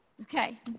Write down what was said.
Okay